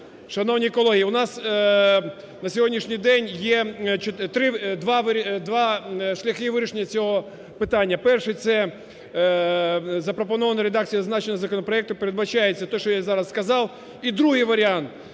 Шановні колеги, у нас на сьогоднішній день є два шляхи вирішення цього питання. Перший – це запропонованою редакція зазначеного законопроекту передбачається… Те, що я зараз сказав. І другий варіант –